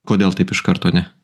kodėl taip iš karto ne